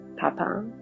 Papa